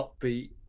upbeat